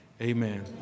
Amen